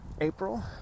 April